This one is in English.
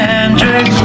Hendrix